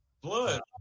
Blood